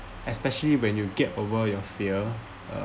especially when you get over your fear uh